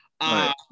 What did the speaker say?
Right